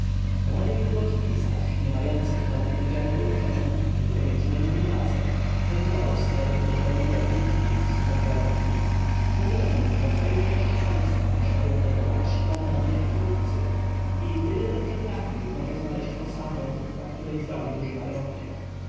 młody i ubogi pisarz nie mający w torbie miedzianego utena tylko jęczmienny placek wędrował z tebów do dolnego egiptu szukać zarobku mówiono mu że w tej części państwa mieszkają najbogatsi panowie i kupcy i byle dobrze trafił może znaleźć posadę na której zrobi duży majątek